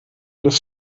des